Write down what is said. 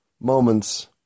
Moments